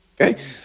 okay